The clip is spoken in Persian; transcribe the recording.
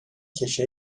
کشه